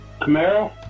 Camaro